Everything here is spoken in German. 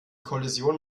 kollision